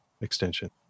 extension